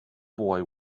boy